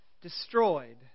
destroyed